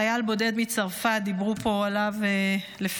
חייל בודד מצרפת, דיברו פה עליו לפניי.